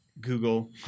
Google